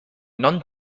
non